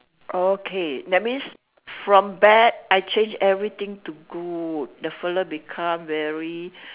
okay that means for bad I change everything to good that fella become very